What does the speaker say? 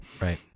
Right